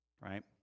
right